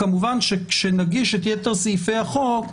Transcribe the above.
כמובן שכשנגיש את יתר סעיפי החוק,